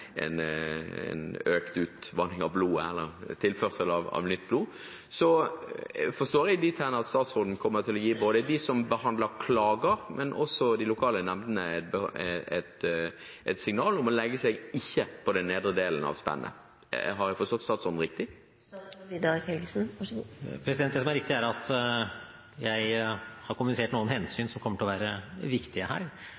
tilførsel av nytt blod, kommer statsråden til å gi både dem som behandler klager, og de lokale nemndene et signal om å ikke legge seg på den nedre delen av spennet. Har jeg forstått statsråden riktig? Det som er riktig, er at jeg har kommunisert noen hensyn